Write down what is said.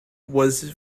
was